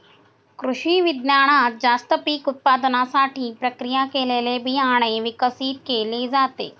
कृषिविज्ञानात जास्त पीक उत्पादनासाठी प्रक्रिया केलेले बियाणे विकसित केले जाते